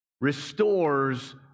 restores